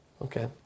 Okay